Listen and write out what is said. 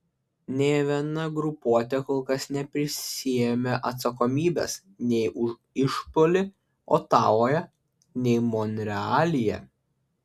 nė viena grupuotė kol kas neprisiėmė atsakomybės nei už išpuolį otavoje nei monrealyje